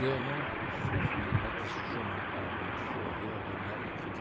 der noch soviel hatte sie schon am abend vorher bemerkt